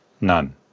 None